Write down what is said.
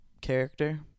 character